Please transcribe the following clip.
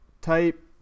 type